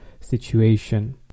situation